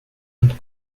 und